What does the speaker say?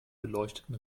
beleuchteten